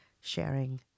sharing